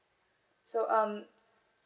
so um